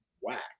whack